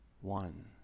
one